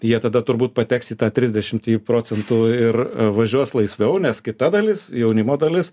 jie tada turbūt pateks į tą trisdešimtį procentų ir važiuos laisviau nes kita dalis jaunimo dalis